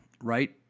right